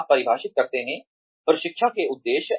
आप परिभाषित करते हैं प्रशिक्षण के उद्देश्य